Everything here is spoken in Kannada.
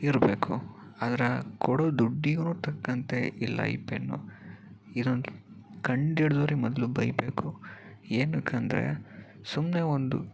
ಇರಬೇಕು ಅದರ ಕೊಡೋ ದುಡ್ದಿಗೂ ತಕ್ಕಂತೆ ಇಲ್ಲ ಈ ಪೆನ್ನು ಇದನ್ನು ಕಂಡು ಹಿಡ್ದೋರಿಗೆ ಮೊದಲು ಬೈಬೇಕು ಏತಕ್ಕೆ ಅಂದರೆ ಸುಮ್ಮನೆ ಒಂದು